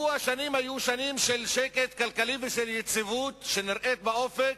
לו השנים היו שנים של שקט כלכלי ושל יציבות הנראית באופק,